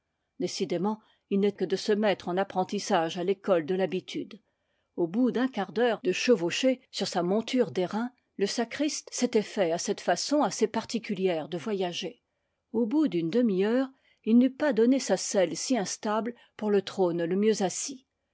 décidément il n'est que de se mettre en apprentissage à l'école de l'habitude au bout d'un quart d'heure de chevau chée sur sa monture d'airain le sacriste s'était fait à cette façon assez particulière de voyager au bout d'une demiheure il n'eût pas donné sa selle si instable pour le trône le mieux assis